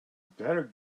better